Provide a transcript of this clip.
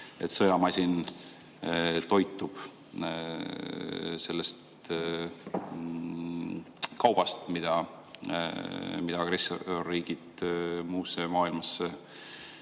et sõjamasin toitub sellest kaubast, mida agressorriigid muule maailmale